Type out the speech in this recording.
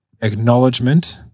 acknowledgement